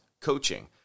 coaching